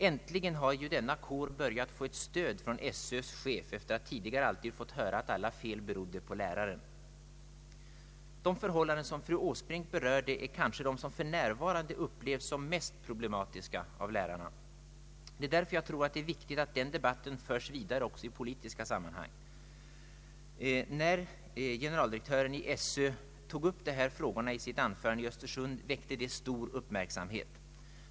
Äntligen har denna kår börjat få stöd från Sö:s sida genom SöÖ-chefens uttalande efter att tidigare alltid ha fått höra att alla fel berodde på lärarna.” De förhållanden som fru Åsbrink berörde är kanske de som för närvarande upplevs såsom mest problematiska av lärarna. Det är därför som jag anser det viktigt att den debatten förs vidare också i politiska sammanhang. När generaldirektören i SÖ tog upp dessa frågor i sitt anförande i Östersund väckte det stor uppmärksamhet.